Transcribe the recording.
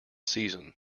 season